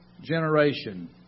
generation